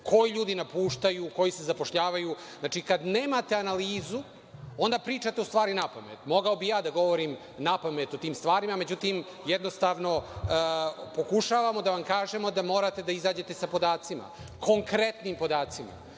koji ljudi napuštaju, koji se zapošljavaju. Znači, kada nemate analizu, onda pričate u stvari napamet. Mogao bih i ja da govorim napamet o tim stvarima, međutim, jednostavno pokušavamo da vam kažemo da morate da izađete sa podacima, konkretnim podacima,